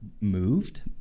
moved